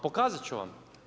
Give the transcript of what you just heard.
Pokazat ću vam.